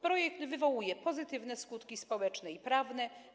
Projekt wywołuje pozytywne skutki społeczne i prawne.